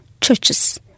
churches